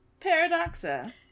Paradoxa